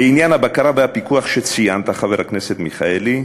לעניין הבקרה והפיקוח שציינת, חבר הכנסת מיכאלי,